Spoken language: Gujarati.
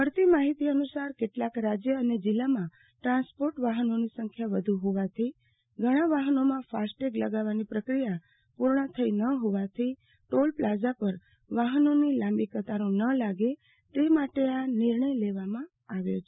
મળતી માહિતી અનુસાર કેટલાક રાજય અને જિલ્લામાં ટ્રાન્સપોર્ટ વાહનોની સંખ્યા વધુ હોવાથી ઘણા વાહનોમાં ફાસ્ટેગ લગાવવાની પ્રકિયા પુર્ણ થઈ ન હોવાથી ટોલ પ્લાઝા પર વાહનોની લાંબી કતારો ન લાગે તે માટે આ નિર્ણય લેવામાં આવ્યો છે